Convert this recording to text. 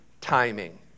timing